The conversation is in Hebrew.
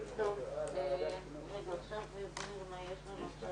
12:55.